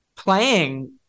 playing